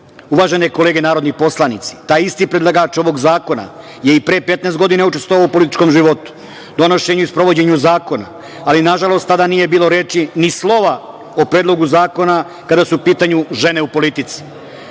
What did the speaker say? godina. Uvažene kolege narodni poslanici, taj isti predlagač ovog zakona je i pre 15 godina učestvovao u političkom životu, donošenju i sprovođenju zakona, ali nažalost tada nije bilo reči, ni slova o Predlogu zakona kada su u pitanju žene u politici. Srpska